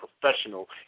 professional